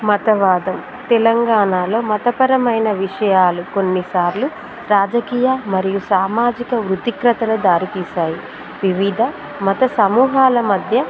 మతవాదం తెలంగాణలో మతపరమైన విషయాలు కొన్నిసార్లు రాజకీయ మరియు సామాజిక వృత్తిక్రతల దారితీస్తాయి వివిధ మత సమూహాల మధ్య